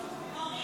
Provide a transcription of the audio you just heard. בעד,